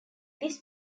this